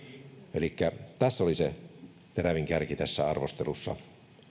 elikkä tämä oli se terävin kärki tässä arvostelussa